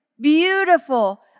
beautiful